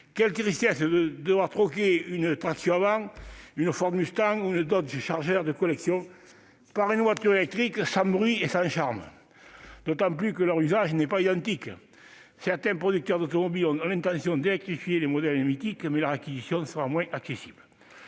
Quelle tristesse de devoir troquer une traction avant, une Ford Mustang ou une Dodge Charger de collection contre une voiture électrique sans bruit et sans charme, d'autant plus que leur usage n'est pas identique. Certains producteurs d'automobiles ont l'intention d'électrifier des modèles mythiques, mais leur acquisition sera moins accessible.